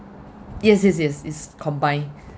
yes yes yes it's combined